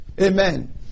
Amen